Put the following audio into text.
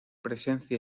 presencia